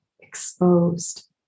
exposed